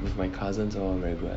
with my cousins all very good lah